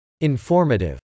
informative